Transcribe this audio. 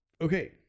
Okay